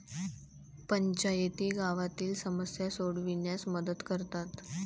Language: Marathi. पंचायती गावातील समस्या सोडविण्यास मदत करतात